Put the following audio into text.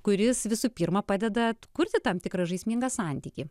kuris visų pirma padeda atkurti tam tikrą žaismingą santykį